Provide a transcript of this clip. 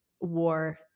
war